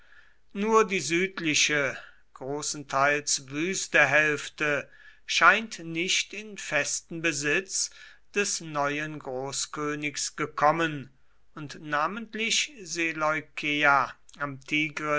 nur die südliche großenteils wüste hälfte scheint nicht in festen besitz des neuen großkönigs gekommen und namentlich seleukeia am